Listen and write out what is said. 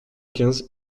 quinze